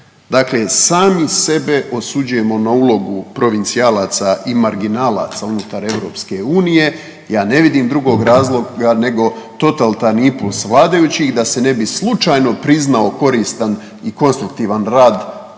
Dakle sami sebe osuđujemo na ulogu provicijalaca i marginalaca unutar EU, ja ne vidim drugog razloga nego totalitarni impuls vladajućih da bi se ne bi slučajno priznao koristan i konstruktivan rad